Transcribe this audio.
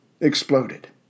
exploded